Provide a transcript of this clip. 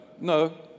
No